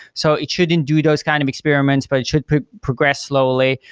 so it shouldn't do those kind of experiments, but it should progress slowly.